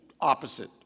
opposite